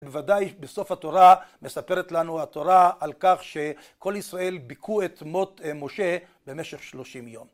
בוודאי בסוף התורה מספרת לנו התורה על כך שכל ישראל ביכו את מות משה במשך שלושים יום.